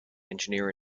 engineer